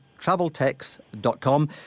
traveltex.com